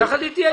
יחד אתי.